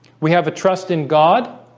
we have a trust in god,